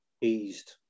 eased